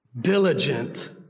diligent